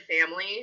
family